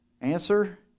Answer